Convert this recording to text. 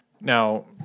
Now